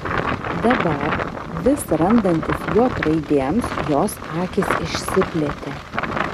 dabar vis randantis j raidėms jos akys išsiplėtė